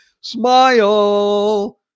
smile